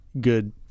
good